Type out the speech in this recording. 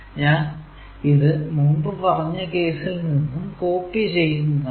ഞാൻ ഇത് മുമ്പ് പറഞ്ഞ കേസിൽ നിന്നും കോപ്പി ചെയ്യുന്നതാണ്